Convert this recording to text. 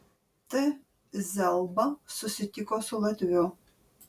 t zelba susitiko su latviu